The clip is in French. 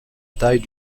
taille